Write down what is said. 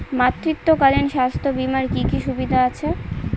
মাতৃত্বকালীন স্বাস্থ্য বীমার কি কি সুবিধে আছে?